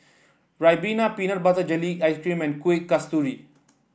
ribena Peanut Butter Jelly Ice cream and Kuih Kasturi